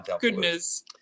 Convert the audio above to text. goodness